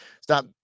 stop